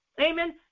Amen